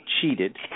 cheated